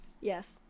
yes